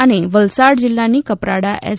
અને વલસાડ જિલ્લાની કપરાડા એસ